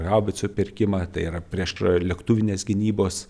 haubicų pirkimą tai yra priešlėktuvinės gynybos